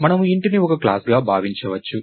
మనము Intని ఒక క్లాస్ గా భావించవచ్చు